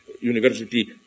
University